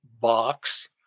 box